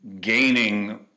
gaining